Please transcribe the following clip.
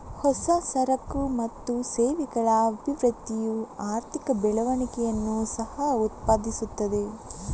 ಹೊಸ ಸರಕು ಮತ್ತು ಸೇವೆಗಳ ಅಭಿವೃದ್ಧಿಯು ಆರ್ಥಿಕ ಬೆಳವಣಿಗೆಯನ್ನು ಸಹ ಉತ್ಪಾದಿಸುತ್ತದೆ